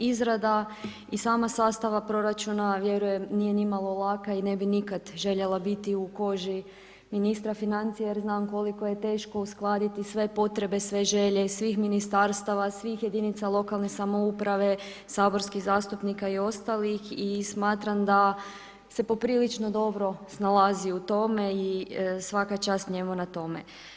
Izrada i sama sastava proračuna, vjerujem nije nimalo laka i ne bi nikad željela biti u koži ministra financija, jer znam koliko je teško uskladiti sve potrebe, sve želje, svih ministarstava, svih jedinica lokalne samouprave, saborskih zastupnika i ostalih i smatram da se poprilično dobro snalazi u tome i svaka čast njemu na tome.